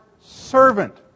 servant